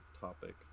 topic